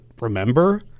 remember